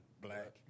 black